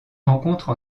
rencontre